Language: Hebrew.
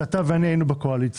כשאתה ואני היינו בקואליציה,